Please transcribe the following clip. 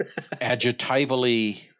adjectivally